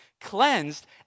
cleansed